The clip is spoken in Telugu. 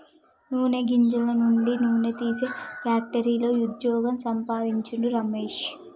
నూనె గింజల నుండి నూనె తీసే ఫ్యాక్టరీలో వుద్యోగం సంపాందించిండు రమేష్